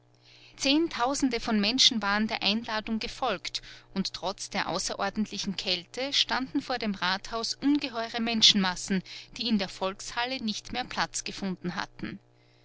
zehntausende von menschen waren der einladung gefolgt und trotz der außerordentlichen kälte standen vor dem rathaus ungeheure menschenmassen die in der volkshalle nicht mehr platz gefunden hatten